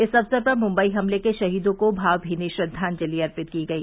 इस अवसर पर मुंबई हमले के शहीदों को भावभीनी श्रद्वांजलि अर्पित की गई